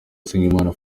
usengimana